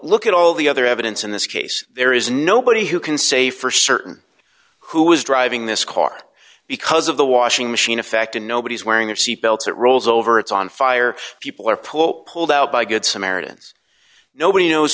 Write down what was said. look at all the other evidence in this case there is nobody who can say for certain who was driving this car because of the washing machine effect and nobody's wearing their seat belts that rolls over it's on fire people or pull pulled out by good samaritans nobody knows